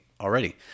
already